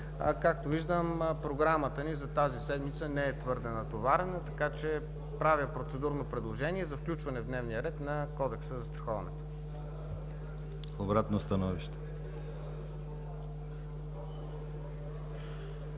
както виждам, Програмата ни за тази седмица не е твърде натоварена. Правя процедурно предложение за включване в дневния ред на Кодекса за застраховането. ПРЕДСЕДАТЕЛ